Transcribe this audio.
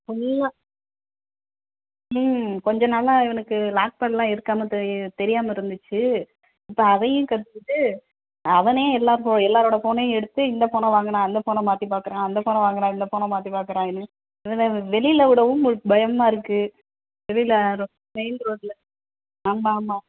ஃபுல்லாக ம் கொஞ்சம் நாளாக இவனுக்கு லாக்பேட்லாம் எடுக்காமல் தெரியாமல் இருந்துச்சு இப்போ அதையும் கற்றுக்கிட்டு அவனே எல்லோர் ஃபோ எல்லோரோட ஃபோனையும் எடுத்து இந்த ஃபோனை வாங்கினா அந்த ஃபோனை மாற்றி பார்க்குறான் அந்த ஃபோனை வாங்கினா இந்த ஃபோனை மாற்றி பார்க்குறான் இதில் இதில் இந்த வெளியில் விடவும் பயமாக இருக்குது வெளியில் ரோ மெயின் ரோட்டில் ஆமாம் ஆமாம்